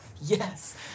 Yes